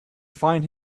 find